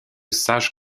sage